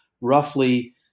roughly